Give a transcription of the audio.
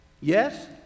Yes